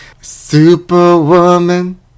Superwoman